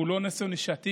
והוא לא נושא נישתי,